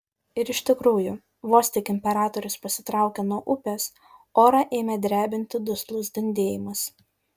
ir iš tikrųjų vos tik imperatorius pasitraukė nuo upės orą ėmė drebinti duslus dundėjimas